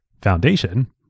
Foundation